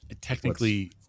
Technically